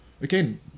again